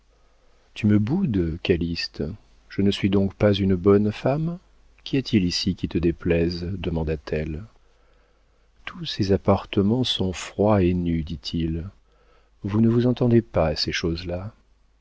tu me boudes calyste je ne suis donc pas une bonne femme qu'y a-t-il ici qui te déplaise demanda-t-elle tous ces appartements sont froids et nus dit-il vous ne vous entendez pas à ces choses-là